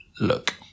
look